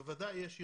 בוודאי יש יותר,